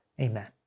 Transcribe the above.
amen